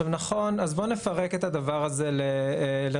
אז בוא נפרק את הדבר הזה לרכיבים,